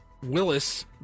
willis